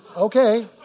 Okay